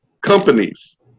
companies